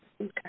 Okay